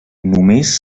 només